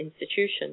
institution